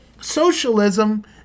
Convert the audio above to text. socialism